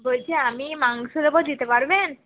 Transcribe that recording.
বলছি আমি মাংস দিতে পারবেন